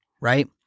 right